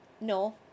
No